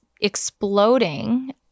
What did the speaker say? exploding